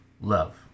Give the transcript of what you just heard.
love